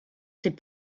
ses